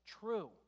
true